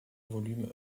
volumes